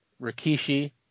Rikishi